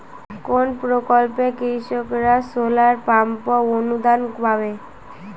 কোন প্রকল্পে কৃষকরা সোলার পাম্প অনুদান পাবে?